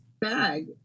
bag